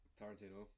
tarantino